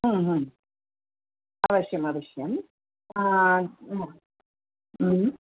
अवश्यम् अवश्यम् न